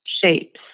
shapes